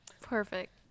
perfect